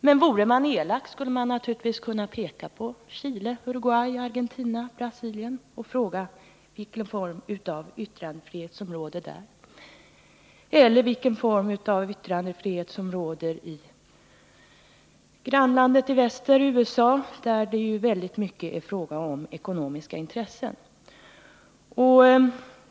Men vore man elak, skulle man naturligtvis kunna peka på Chile, Uruguay, Argentina, Brasilien och fråga vilken form av yttrandefrihet som råder där eller vilken form av yttrandefrihet som råder i grannlandet i väster, USA, där det i stor utsträckning är fråga om ekonomiska intressen.